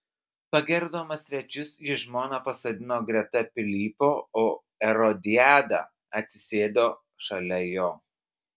pagerbdamas svečius jis žmoną pasodino greta pilypo o erodiadą atsisėdo šalia jo